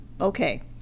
Okay